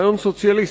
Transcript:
רעיון סוציאליסטי.